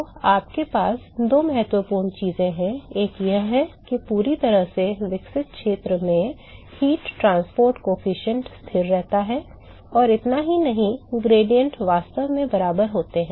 तो हमारे पास दो महत्वपूर्ण चीजें हैं एक यह है कि पूरी तरह से विकसित क्षेत्र में ऊष्मा परिवहन गुणांक स्थिर रहता है और इतना ही नहीं ग्रेडियेंट वास्तव में बराबर होते हैं